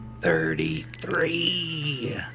thirty-three